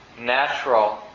natural